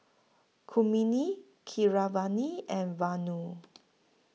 Kmini Keeravani and Vanu